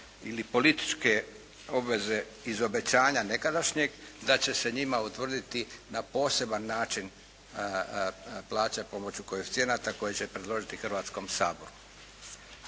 ili političke obveze iz obećanja nekadašnjeg da će se njima utvrditi na poseban način plaća pomoću koeficijenata koje će predložiti Hrvatskom saboru.